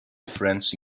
friends